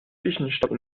zwischenstopp